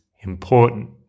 important